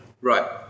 Right